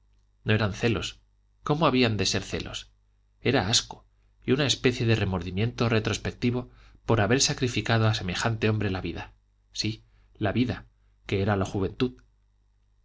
no eran celos cómo habían de ser celos era asco y una especie de remordimiento retrospectivo por haber sacrificado a semejante hombre la vida sí la vida que era la juventud